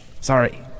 Sorry